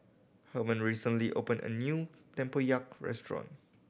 Herman recently opened a new tempoyak restaurant